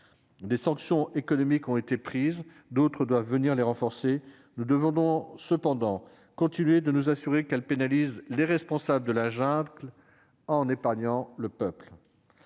Des sanctions économiques ont été prises ; d'autres doivent venir les renforcer. Nous devons toutefois continuer de nous assurer qu'elles pénalisent les responsables de la junte en épargnant le peuple.